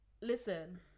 Listen